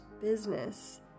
business